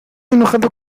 enojado